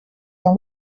dans